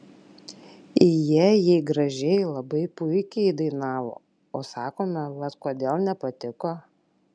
jie jei gražiai labai puikiai dainavo o sakome vat kodėl nepatiko